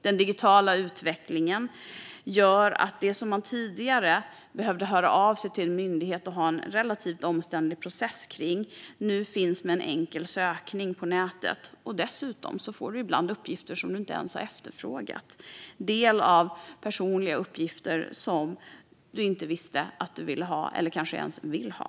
Den digitala utvecklingen gör att det som man tidigare behövde höra av sig till en myndighet om och ha en relativt omständlig process för, nu finns med en enkel sökning på nätet. Och dessutom får du ibland tillgång till uppgifter som du inte ens har efterfrågat. Det kan vara personliga uppgifter som du inte visste att du ville ha eller ens vill ha.